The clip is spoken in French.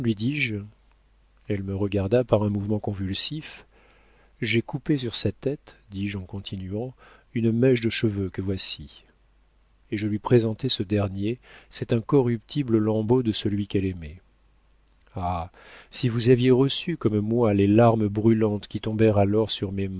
elle me regarda par un mouvement convulsif j'ai coupé sur sa tête dis-je en continuant une mèche de cheveux que voici et je lui présentai ce dernier cet incorruptible lambeau de celui qu'elle aimait ah si vous aviez reçu comme moi les larmes brûlantes qui tombèrent alors sur mes